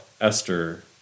Esther